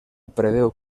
preveu